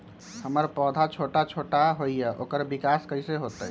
हमर पौधा छोटा छोटा होईया ओकर विकास कईसे होतई?